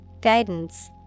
Guidance